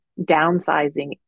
downsizing